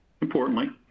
Importantly